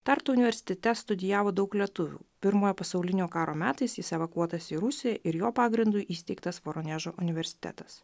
tartu universitete studijavo daug lietuvių pirmojo pasaulinio karo metais jis evakuotas į rusiją ir jo pagrindu įsteigtas voronežo universitetas